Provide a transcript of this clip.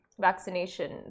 vaccination